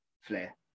Flair